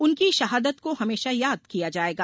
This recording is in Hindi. उनकी शहादत को हमेशा याद किया जायेगा